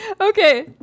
okay